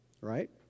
Right